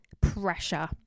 Pressure